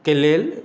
के लेल